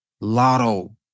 Lotto